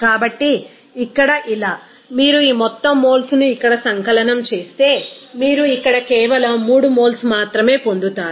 కాబట్టి ఇక్కడ ఇలా మీరు ఈ మొత్తం మోల్స్ ను ఇక్కడ సంకలనం చేస్తే మీరు ఇక్కడ కేవలం 3 మోల్స్ మాత్రమే పొందుతారు